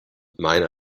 mein